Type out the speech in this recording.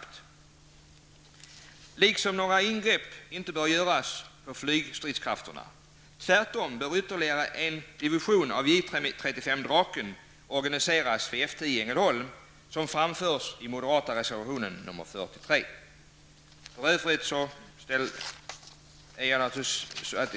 Inte heller bör några ingrepp göras på flygstridskrafterna. Tvärtom bör ytterligare en division av J 35 Draken organiseras vid F 10 i Ängelholm, som vi framför i moderatreservation 43. För övrigt